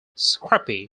scrappy